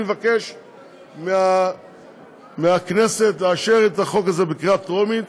אני מבקש מהכנסת לאשר את החוק הזה בקריאה טרומית